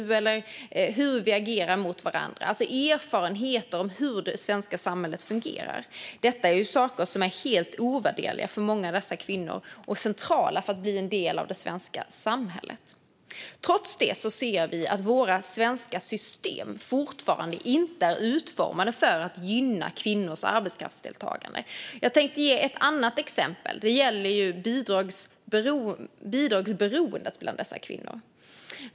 Det handlar om hur vi agerar gentemot varandra och om erfarenheter av hur det svenska samhället fungerar. Detta är saker som är helt ovärderliga för många av dessa kvinnor och centrala för att bli en del av det svenska samhället. Trots det ser vi att våra svenska system fortfarande inte är utformade för att gynna kvinnors arbetskraftsdeltagande. Jag tänkte ge ytterligare ett exempel. Det gäller bidragsberoendet bland dessa kvinnor.